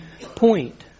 point